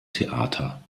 theater